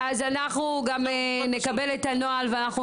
אז אנחנו גם נקבל את הנוהל ואנחנו